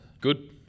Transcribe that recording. Good